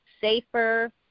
safer